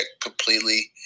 completely